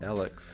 Alex